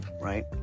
right